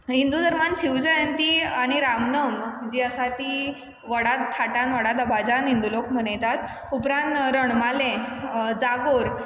हिंदू धर्मान शिवजंयती आनी रामनम जी आसा ती व्हडा थाटान व्हडा दबाज्यान हिंदू लोक मनयतात उपरांत रणमाले जागोर